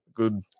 Good